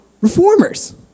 reformers